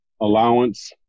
allowance